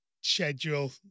schedule